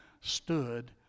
stood